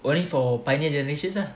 only for pioneer generation lah